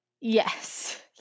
yes